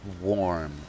warm